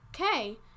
Okay